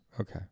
Okay